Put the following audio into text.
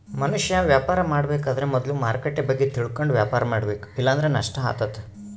ಮನುಷ್ಯ ವ್ಯಾಪಾರ ಮಾಡಬೇಕಾದ್ರ ಮೊದ್ಲು ಮಾರುಕಟ್ಟೆ ಬಗ್ಗೆ ತಿಳಕಂಡು ವ್ಯಾಪಾರ ಮಾಡಬೇಕ ಇಲ್ಲಂದ್ರ ನಷ್ಟ ಆತತೆ